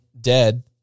dead